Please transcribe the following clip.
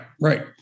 right